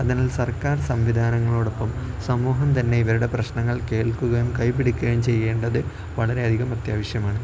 അതിനാൽ സർക്കാർ സംവിധാനങ്ങളോടൊപ്പം സമൂഹം തന്നെ ഇവരുടെ പ്രശ്നങ്ങൾ കേൾക്കുകയും കൈപിടിക്കുകയും ചെയ്യേണ്ടത് വളരെയധികം അത്യാവശ്യമാണ്